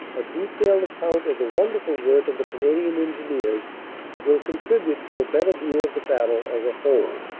a detailed account of the won derful work of the canadian engineers will contribute to a better view of the battle as a whole.